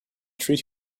treat